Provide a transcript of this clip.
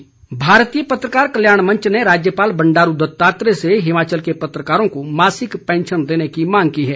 राज्यपाल पत्रकार भारतीय पत्रकार कल्याण मंच ने राज्यपाल बंडारू दत्तात्रेय से हिमाचल के पत्रकारों को मासिक पैंशन देने की मांग की है